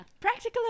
practical